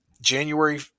January